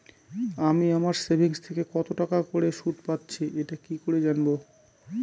আমি আমার সেভিংস থেকে কতটাকা করে সুদ পাচ্ছি এটা কি করে জানব?